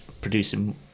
producing